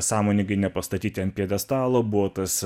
sąmoningai nepastatyti ant pjedestalo buvo tas